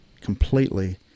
completely